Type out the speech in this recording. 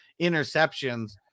Interceptions